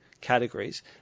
categories